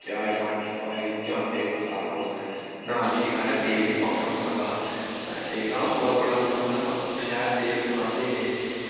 प्याज टमाटर पाया ई जाह्न देओ मसाला ना जी पैह्ले तेल बी पकाना होंदा हा पैं तेला दा सुआद बड़ा बुरा होंदा हा ओह् शैल तेल पाकांदे हे